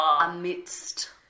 amidst